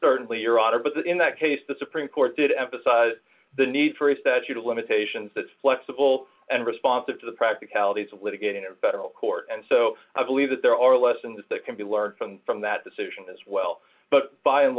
but in that case the supreme court did emphasize the need for is that your limitations that flexible and responsive to the practicalities of litigating in federal court and so i believe that there are lessons that can be learned from from that decision as well but by and